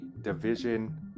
division